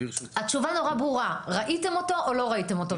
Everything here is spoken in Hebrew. התשובה ברורה, ראיתם אותו או לא ראיתם אותו?